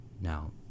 Now